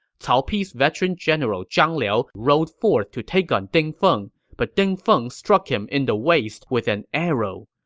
cao pi's veteran general zhang liao quickly rode forth to take on ding feng, but ding feng struck him in the waist with an arrow.